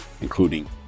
including